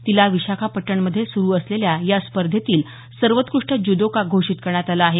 तिला विशाखापट्टनम मध्ये सुरू या स्पर्धेतील सर्वोत्कृष्ठ ज्युदोका घोषित करण्यात आलं आहे